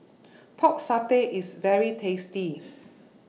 Pork Satay IS very tasty